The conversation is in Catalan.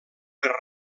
per